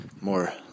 more